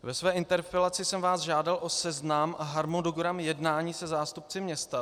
Ve své interpelaci jsem vás žádal o seznam a harmonogram jednání se zástupci města.